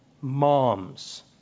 moms